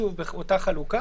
שוב באותה חלוקה,